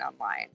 online